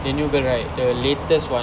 the new girl right the latest one